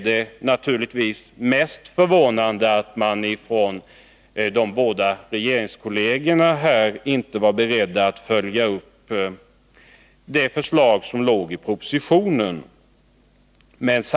Det mest förvånande är att de båda andra regeringspartierna inte var beredda att följa upp propositionens förslag.